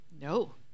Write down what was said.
No